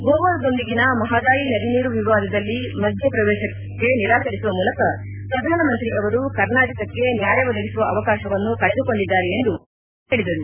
ಗೋವಾದೊಂದಿಗಿನ ಮಹಾದಾಯಿ ನದಿ ನೀರು ವಿವಾದದಲ್ಲಿ ಮಧ್ಯ ಪ್ರವೇಶಕ್ಕೆ ನಿರಾಕರಿಸುವ ಮೂಲಕ ಪ್ರಧಾನ ಮಂತ್ರಿ ಅವರು ಕರ್ನಾಟಕಕ್ಕೆ ನ್ಯಾಯ ಒದಗಿಸುವ ಅವಕಾಶವನ್ನು ಕಳೆದುಕೊಂಡಿದ್ದಾರೆ ಎಂದು ದಿನೇತ್ ಗುಂಡೂರಾವ್ ಹೇಳಿದರು